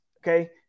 okay